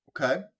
okay